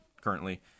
currently